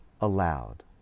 aloud